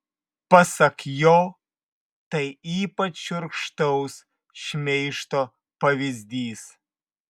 pasak jo tai ypač šiurkštaus šmeižto pavyzdys